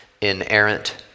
inerrant